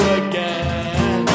again